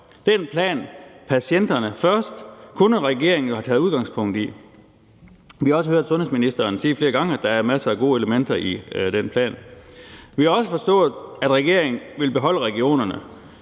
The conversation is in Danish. var, altså »Patienten først«, kunne regeringen jo havde taget udgangspunkt i, og vi har også hørt sundhedsministeren sige flere gange, at der er masser af gode elementer i den plan. Vi har også forstået, at regeringen vil beholde regionerne,